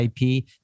IP